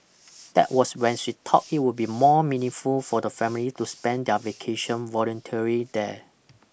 that was when she thought it would be more meaningful for the family to spend their vacation volunteering there